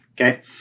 Okay